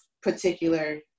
particular